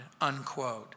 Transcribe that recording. unquote